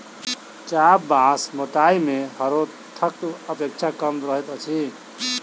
चाभ बाँस मोटाइ मे हरोथक अपेक्षा कम रहैत अछि